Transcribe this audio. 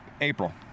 April